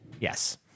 yes